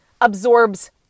absorbs